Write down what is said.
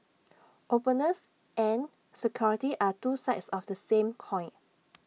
openness and security are two sides of the same coin